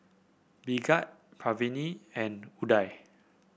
Bhagat Pranav and Udai